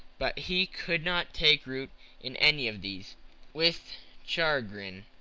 but he could not take root in any of these with chagrin,